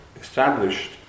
established